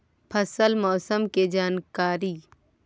फसल मौसम के जानकारी?